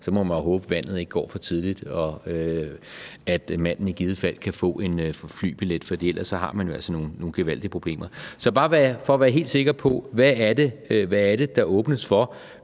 Så må man jo håbe, at vandet ikke går for tidligt, og at manden i givet fald kan få en flybillet, for ellers har man jo altså nogle gevaldige problemer. Så jeg vil bare være helt sikker på, hvad det er, der åbnes for.